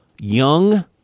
young